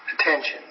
attention